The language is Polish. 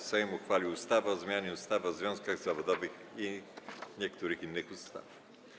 Sejm uchwalił ustawę o zmianie ustawy o związkach zawodowych oraz niektórych innych ustaw.